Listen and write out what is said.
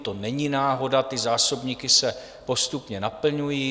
To není náhoda, ty zásobníky se postupně naplňují.